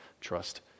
Trust